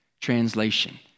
translation